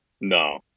No